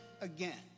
again